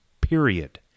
period